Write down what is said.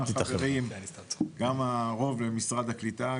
גם הרוב במשרד הקליטה,